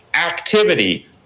activity